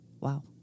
Wow